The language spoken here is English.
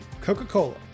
coca-cola